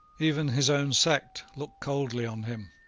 even his own sect looked coldly on him,